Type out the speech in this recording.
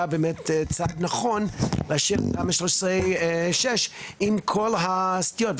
צעד נכון להשאיר את תמ"א 6/13 עם כל הסטיות?